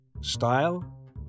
style